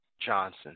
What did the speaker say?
Johnson